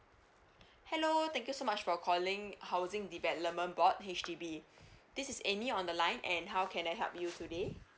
hello thank you so much for calling housing development board H_D_B this is amy on the line and how can I help you today